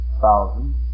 thousand